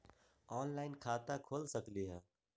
Online खाता खोल सकलीह?